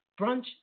Brunch